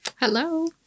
Hello